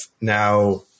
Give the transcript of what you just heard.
now